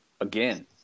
again